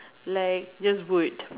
like just wood